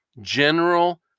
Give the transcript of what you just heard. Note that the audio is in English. general